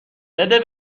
بده